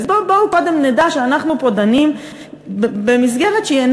אז בואו קודם נדע שאנחנו פה דנים במסגרת שאינה